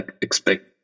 expect